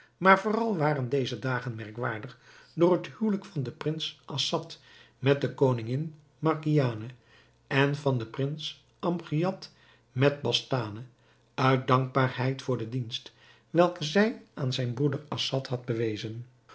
maar vooral waren deze dagen merkwaardig door het huwelijk van den prins assad met de koningin margiane en van den prins amgiad met bastane uit dankbaarheid voor den dienst welken zij aan zijn broeder assad had bewezen